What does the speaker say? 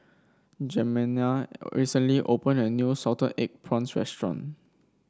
Jemima recently opened a new Salted Egg Prawns restaurant